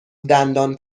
دندان